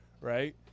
right